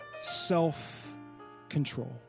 self-control